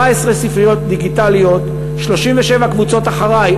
14 ספריות דיגיטליות, 37 קבוצות "אחריי!".